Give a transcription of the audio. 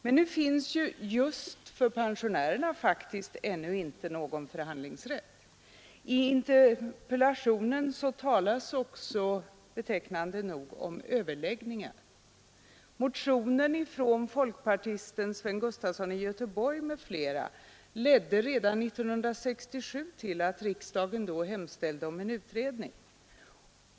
Men just pensionärerna har ännu inte någon förhandlingsrätt. I interpellationen talas det också betecknande nog om överläggningar. En motion av folkpartisten Sven Gustafson i Göteborg m.fl. ledde redan 1967 till att riksdagen då hemställde om en utredning.